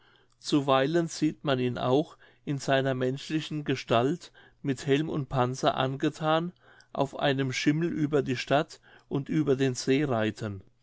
zuweilen sieht man ihn auch in seiner menschlichen gestalt mit helm und panzer angethan auf einem schimmel über die stadt und über den see reiten